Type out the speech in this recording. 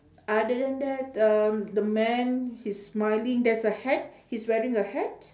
other than that um the man he's smiling there's a hat he's wearing a hat